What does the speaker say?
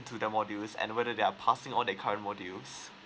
into the modules and whether they are passing all that current modules